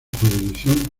jurisdicción